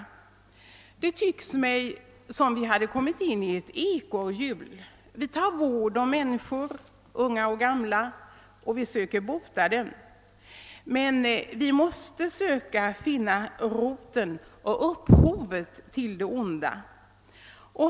Det tycks mig som om vi kommit in i ett ekorrhjul: vi tar vård om människor — unga och gamla — och vi söker bota dem. Men vi måste försöka finna roten och upphovet till det onda.